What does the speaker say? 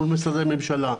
מול משרדי הממשלה,